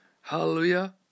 hallelujah